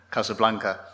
Casablanca